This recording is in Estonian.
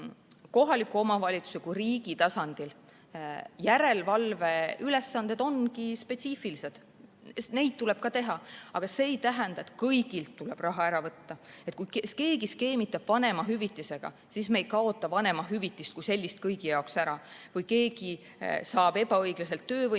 kohaliku omavalitsuse kui riigi tasandil. Järelevalve ülesanded ongi spetsiifilised. Neid tuleb ka täita, aga see ei tähenda, et kõigilt tuleb raha ära võtta. Kui keegi skeemitab vanemahüvitisega, siis me ei kaota vanemahüvitist kui sellist kõigi jaoks ära. Kui keegi saab alusetult